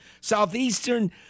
Southeastern